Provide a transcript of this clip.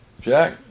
jack